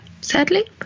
sadly